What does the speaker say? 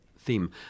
theme